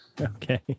Okay